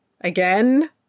Again